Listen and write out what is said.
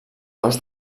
cos